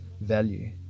value